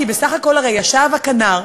כי בסך הכול הרי ישב הכנ"ר,